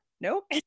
Nope